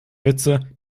witze